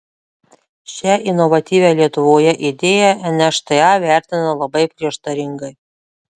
šią inovatyvią lietuvoje idėją nšta vertina labai prieštaringai